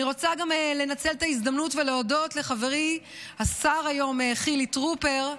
אני רוצה גם לנצל את ההזדמנות ולהודות לחברי השר היום חילי טרופר,